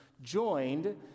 joined